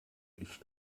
ich